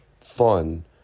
fun